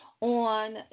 on